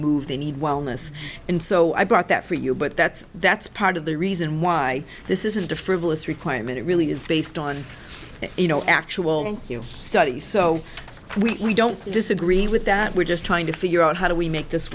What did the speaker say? move they need wellness and so i brought that for you but that's that's part of the reason why this isn't a frivolous requirement it really is based on you know actual enqueue studies so we don't disagree with that we're just trying to figure out how do we make this